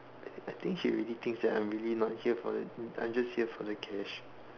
I I think she already thinks that I'm really not here for the I'm just here for the cash